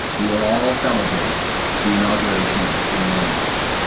we will all celebrate the inauguration of anyone else.